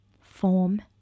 form